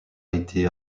été